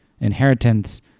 inheritance